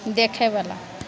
देखैवला